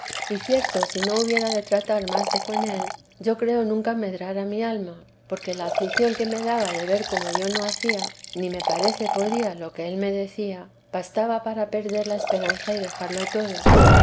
y cierto si no hubiera de tratar más de con él yo creo nunca medrara mi alma porque la aflicción que me daba de ver como yo no hacía ni me parece podía lo que él me decía bastaba para perder la esperanza y dejarlo todo